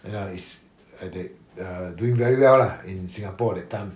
then err is th~ err doing very well lah in singapore that time